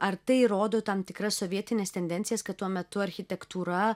ar tai rodo tam tikras sovietines tendencijas kad tuo metu architektūra